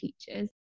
Teachers